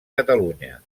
catalunya